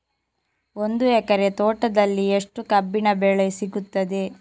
ಒಂದು ಎಕರೆ ತೋಟದಲ್ಲಿ ಎಷ್ಟು ಕಬ್ಬಿನ ಬೆಳೆ ಸಿಗುತ್ತದೆ?